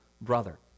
brother